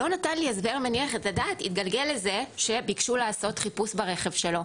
לא נתן לי הסבר מניח את הדעת התגלגל לזה שביקשו לעשות חיפוש ברכב שלו.